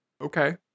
Okay